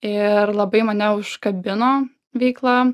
ir labai mane užkabino veikla